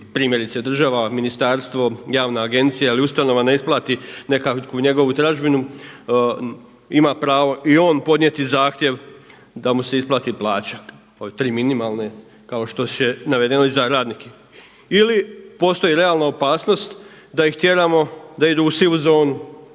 primjerice država, ministarstvo, javna agencija ili ustanova ne isplati nekakvu njegovu tražbinu ima pravo i on podnijeti zahtjev da mu se isplati plaća od tri minimalne kao što je navedeno i za radnike. Ili postoji realna opasnost da ih tjeramo da idu u sivu zonu,